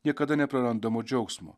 niekada neprarandamo džiaugsmo